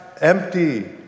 empty